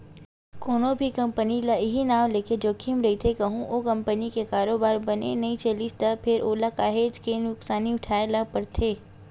कोनो भी कंपनी ल इहीं नांव लेके जोखिम रहिथे कहूँ ओ कंपनी के कारोबार बने नइ चलिस त फेर ओला काहेच के नुकसानी उठाय ल परथे